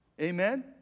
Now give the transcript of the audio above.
Amen